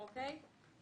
כן.